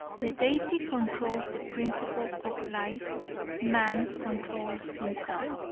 the deity controls the principle of life man controls himself.